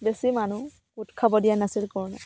বেছি মানুহ গোট খাব দিয়া নাছিল